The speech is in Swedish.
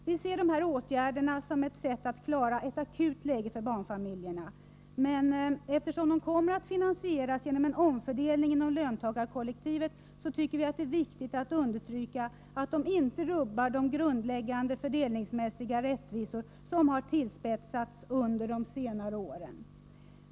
Vi ser de här åtgärderna som ett sätt att 2 ad a Vid remiss av klara SE akut läge för Sbarntaniiliernar Men Sktersom de Kommer att kompletteringsprofinansieras genom en omfördelning inom löntagarkollektivet tycker vi att det positionen är viktigt att understryka att de inte rubbar de grundläggande fördelningspolitiska orättvisorna, som under senare år har tillspetsats.